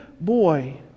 boy